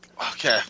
Okay